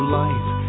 life